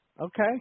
Okay